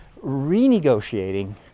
renegotiating